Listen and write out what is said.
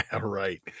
Right